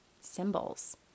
symbols